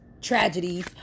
tragedies